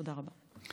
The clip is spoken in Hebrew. תודה רבה.